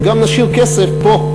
וגם נשאיר כסף פה,